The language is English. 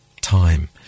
time